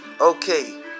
Okay